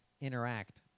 interact